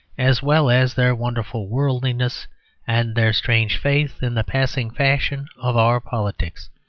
as well as their wonderful worldliness and their strange faith in the passing fashion of our politics.